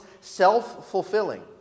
self-fulfilling